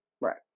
Right